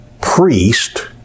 priest